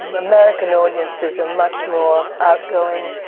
um american audiences are much more outgoing,